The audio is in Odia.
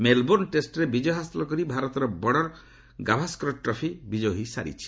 ମେଲ୍ବୋର୍ଷ୍ଣ ଟେଷ୍ଟରେ ବିଜୟ ହାସଲ କରି ଭାରତ ବର୍ଡ଼ର ଗାଭାସ୍କର ଟ୍ରଫି ବିଜୟୀ ହୋଇସାରିଛି